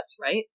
right